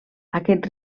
aquest